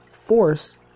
Force